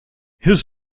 his